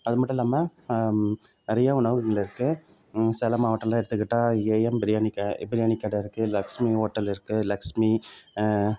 அது மட்டும் இல்லாமல் நிறையா உணவகங்கள் இருக்குது சில மாவட்டம்லாம் எடுத்துக்கிட்டால் ஏஎம் பிரியாணி பிரியாணி கடை இருக்குது லக்ஷ்மி ஹோட்டல் இருக்குது லக்ஷ்மி